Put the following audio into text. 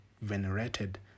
venerated